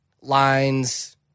lines